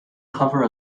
cover